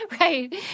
right